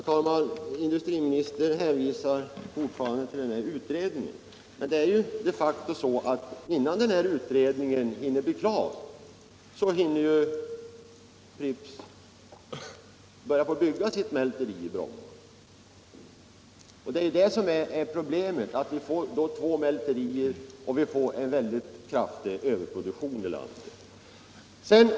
Herr talman! Industriministern hänvisar fortfarande till denna utredning. Men det är ju de facto så att innan utredningen blir klar hinner Pripps börja bygga sitt mälteri i Bromma. Problemet är att vi då får två mälterier och en kraftig överproduktion i landet.